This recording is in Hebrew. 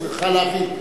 צריכה להבין,